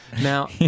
Now